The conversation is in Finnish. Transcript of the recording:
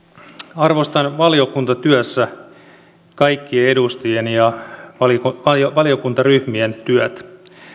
arvostan valiokuntatyössä kaikkien edustajien ja valiokuntaryhmien työtä